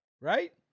right